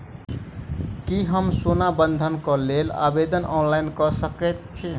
की हम सोना बंधन कऽ लेल आवेदन ऑनलाइन कऽ सकै छी?